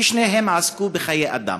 כי שניהם עסקו בחיי אדם,